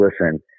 listen